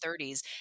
30s